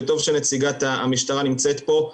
וטוב שנציגת המשטרה נמצאת פה,